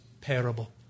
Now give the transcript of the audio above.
parable